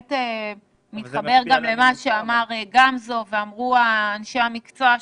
בהחלט מתחבר גם למה שאמר גמזו ואמרו אנשי המקצוע שם,